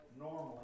normally